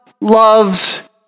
loves